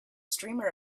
streamer